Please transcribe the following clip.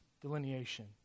delineation